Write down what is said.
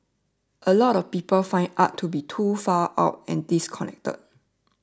a lot of people find art to be too far out and disconnected